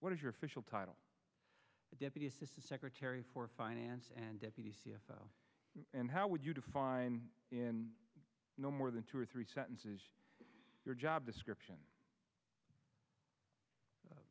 what is your official title deputy assistant secretary for finance and deputy c f o and how would you define in no more than two or three sentences your job description of